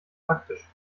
praktisch